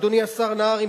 אדוני השר נהרי,